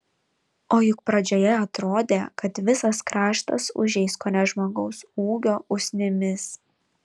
o juk pradžioje atrodė kad visas kraštas užeis kone žmogaus ūgio usnimis